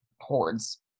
hordes